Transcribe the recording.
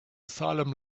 salem